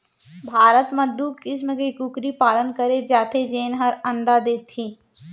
भारत म दू किसम के कुकरी पालन करे जाथे जेन हर अंडा देथे